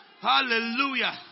Hallelujah